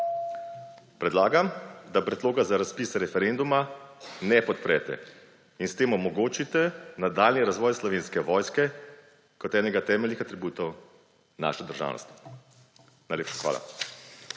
Predlagam, da predloga za razpis referenduma ne podprete in s tem omogočite nadaljnji razvoj Slovenske vojske kot enega temeljnih atributov naše državnosti. Najlepša hvala.